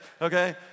Okay